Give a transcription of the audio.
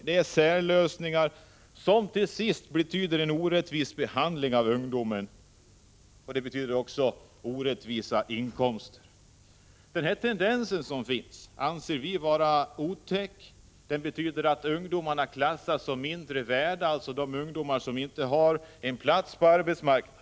Det är särlösningar som till sist betyder en orättvis behandling av ungdomen — och också orättvisa inkomster. Denna tendens anser vi vara otäck. Den betyder att de ungdomar som inte har en plats på arbetsmarknaden betraktas som mindre värda.